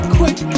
quick